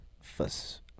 Fuss